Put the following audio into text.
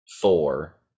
Four